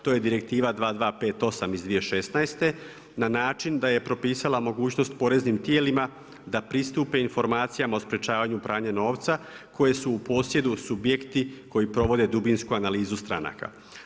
To je direktiva 2258 iz 2016. na način da je propisala mogućnost poreznim tijelima da pristupe informacijama o sprječavanju pranja novca koje su u posjedu subjekti koji provode dubinsku analizu stranaka.